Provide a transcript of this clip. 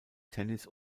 tennis